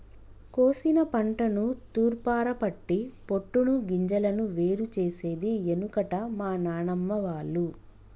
కోశిన పంటను తూర్పారపట్టి పొట్టును గింజలను వేరు చేసేది ఎనుకట మా నానమ్మ వాళ్లు